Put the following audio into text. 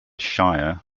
shire